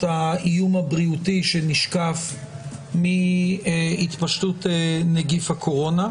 האיום הבריאותי שנשקף מהתפשטות נגיף הקורונה.